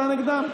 אתה נגדם,